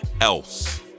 else